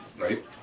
right